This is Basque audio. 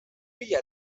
bila